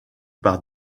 par